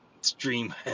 Stream